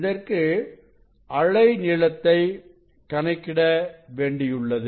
இதற்கு அலை நீளத்தை கணக்கிட வேண்டியுள்ளது